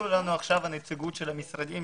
לנו עכשיו נציגות המשרדים